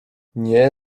nie